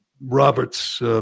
Robert's